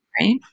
right